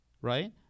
right